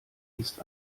ist